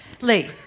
Lee